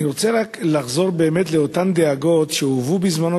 אני רוצה לחזור לאותן דאגות שהובעו בזמנו